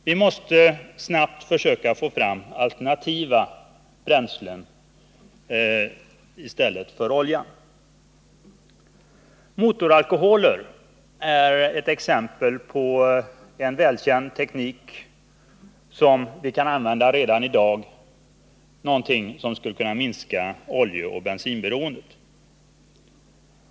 Vi måste snabbt försöka få fram bränslen som kan utgöra alternativ till olja och bensin. Motoralkoholer är ett exempel på ett sådant alternativ, som vi med användande av välkänd teknik skulle kunna använda redan i dag för att minska oljeoch bensinberoendet.